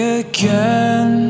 again